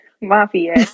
mafia